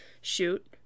shoot